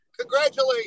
congratulations